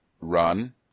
run